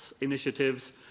initiatives